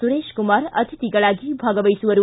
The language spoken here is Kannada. ಸುರೇಶ್ ಕುಮಾರ್ ಅತಿಥಿಗಳಾಗಿ ಭಾಗವಹಿಸುವರು